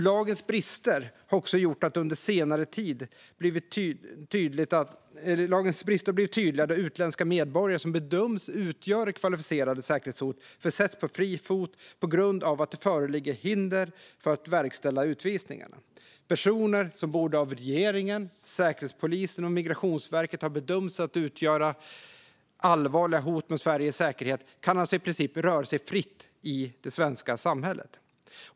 Lagens brister har under senare tid blivit tydliga då utländska medborgare som bedöms utgöra kvalificerade säkerhetshot försätts på fri fot på grund av att det föreligger hinder för att verkställa utvisningarna. Personer som av både regeringen, Säkerhetspolisen och Migrationsverket har bedömts utgöra allvarliga hot mot Sveriges säkerhet kan alltså i princip röra sig fritt i det svenska samhället.